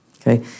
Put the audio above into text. okay